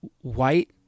white